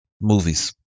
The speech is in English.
movies